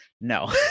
no